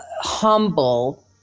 humble